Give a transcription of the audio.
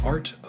Art